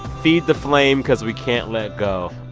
feed the flame cause we can't let go. oh,